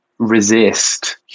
resist